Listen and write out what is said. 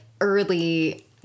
early